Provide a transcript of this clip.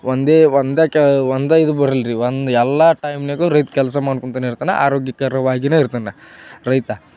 ಒಂದೇ ಒಂದು ಕೇ ಒಂದು ಇದು ಬರಲ್ಲ ರಿ ಒಂದು ಎಲ್ಲ ಟೈಮ್ನ್ಯಾಗೂ ರೈತ ಕೆಲಸ ಮಾಡ್ಕೊತನ ಇರ್ತಾನೆ ಆರೋಗ್ಯಕರವಾಗಿಯೇ ಇರ್ತಾನೆ ರೈತ